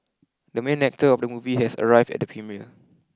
the main actor of the movie has arrived at the premiere